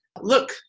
look